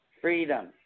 freedom